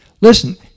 Listen